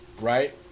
right